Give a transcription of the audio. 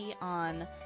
on